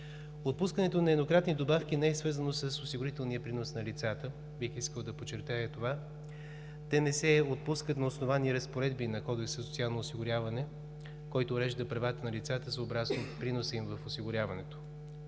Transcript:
Отпускането на еднократни добавки не е свързано с осигурителния принос на лицата, бих искал да подчертая това. Те не се отпускат на основание разпоредби на Кодекса за социално осигуряване, който урежда правата на лицата, съобразно приноса им в осигуряването.